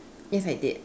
yes I did